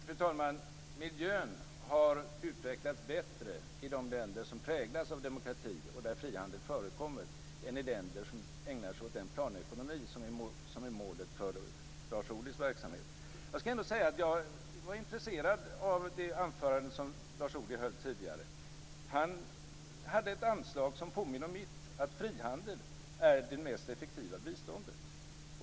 Fru talman! Miljön har utvecklats bättre i de länder som präglas av demokrati och där frihandel förekommer än i länder som ägnar sig åt den planekonomi som är målet för Lars Ohlys verksamhet. Jag ska ändå säga att jag var intresserad av det anförande som Lars Ohly tidigare höll här. Han hade ett anslag som påminner om mitt, nämligen att frihandel är det mest effektiva biståndet.